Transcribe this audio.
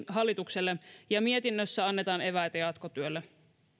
hallitukselle ja mietinnössä annetaan eväitä jatkotyölle